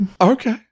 Okay